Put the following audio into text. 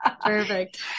perfect